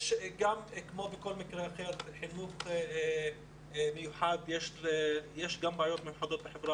גם בנושא החינוך המיוחד יש בעיות בחברה